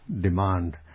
demand